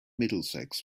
middlesex